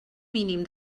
mínim